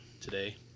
today